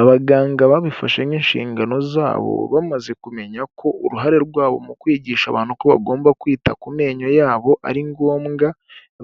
Abaganga babifashe nk'inshingano zabo bamaze kumenya ko uruhare rwabo mu kwigisha abantu ko bagomba kwita ku menyo yabo ari ngombwa,